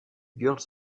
girls